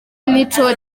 nico